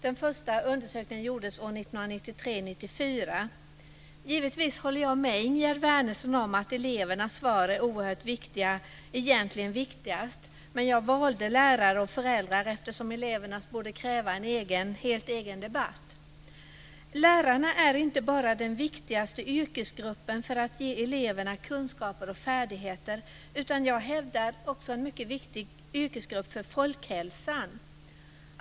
Den första undersökningen gjordes år 1993-1994. Givetvis håller jag med Ingegerd Wärnersson om att elevernas svar är oerhört viktiga - egentligen viktigast. Men jag valde lärare och föräldrar eftersom elevernas svar borde kräva en helt egen debatt. Lärarna är inte bara den viktigaste yrkesgruppen för att ge eleverna kunskaper och färdigheter, utan också en mycket viktig yrkesgrupp för folkhälsan, hävdar jag.